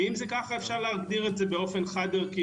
ואם זה כך אפשר להגדיר את זה באופן חד ערכי,